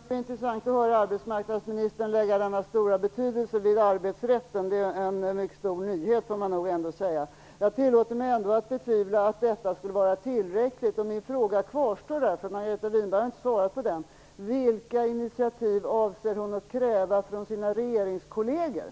Fru talman! Det är intressant att höra arbetsmarknadsministern lägga denna stora betydelse vid arbetsrätten. Det är en mycket stor nyhet, får man nog ändå säga. Jag tillåter mig nog ändå att betvivla att detta skulle vara tillräckligt. Min fråga kvarstår därför. Margareta Winberg har inte svarat på den. Vilka initiativ avser hon att kräva från sina regeringskolleger